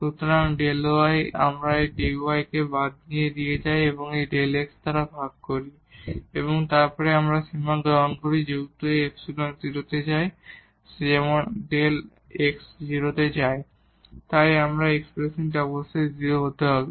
সুতরাং Δ y এবং আমরা এই dy কে বাম দিকে নিয়ে যাই এবং এই Δ x দ্বারা ভাগ করি এবং তারপর সীমা গ্রহণ করি যেহেতু এই ইপসিলন 0 তে যায় যেমন Δ x 0 তে যায় তাই এই এক্সপ্রেশনটি অবশ্যই 0 হতে হবে